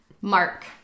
Mark